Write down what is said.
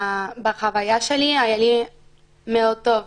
בחוויה שלי היה לי מאוד טוב,